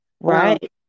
Right